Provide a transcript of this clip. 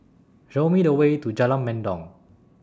Show Me The Way to Jalan Mendong